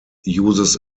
uses